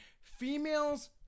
Females